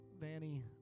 Vanny